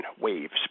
waves